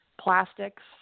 plastics